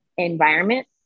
environment